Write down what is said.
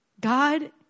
God